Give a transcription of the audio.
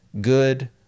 good